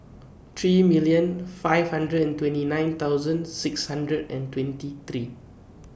three million five hundred and twenty nine thousand six hundred and twenty three